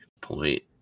point